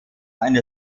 eine